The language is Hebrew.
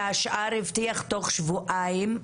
והשאר הבטיח תוך שבועיים,